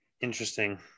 interesting